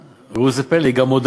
וראו זה פלא, היא גם מודה